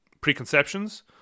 preconceptions